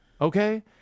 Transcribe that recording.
Okay